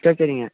சரி சரிங்க